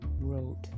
wrote